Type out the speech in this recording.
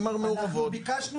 המעורבות -- אנחנו ביקשנו נתונים.